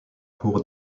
cour